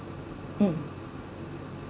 mm